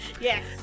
Yes